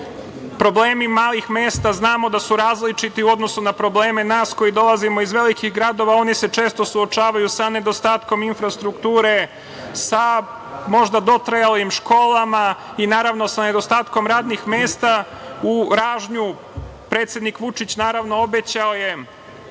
Srbiji. Problemi malih mesta znamo da su različiti u odnosu na probleme nas koji dolazimo iz velikih gradova. Oni se često suočavaju sa nedostatkom infrastrukture, sa možda dotrajalim školama i, naravno, sa nedostatkom radnih mesta.U Ražnju je predsednik Vučić obećao